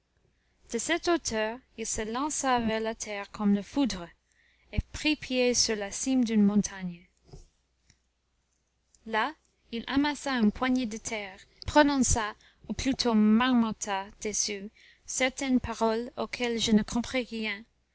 de cette hauteur il se lança vers la terre comme la foudre et prit pied sur la cime d'une montagne là il amassa une poignée de terre prononça ou plutôt marmotta dessus certaines paroles auxquelles je ne compris rien